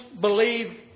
believe